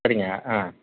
சரிங்க ஆ